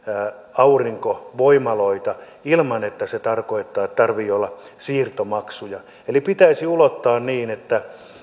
aurinkovoimaloita ilman että se tarkoittaa että tarvitsee olla siirtomaksuja eli pitäisi ulottaa niin että